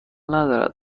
ندارد